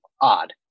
odd